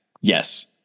yes